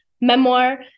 memoir